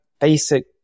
basic